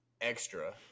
extra